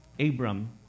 Abram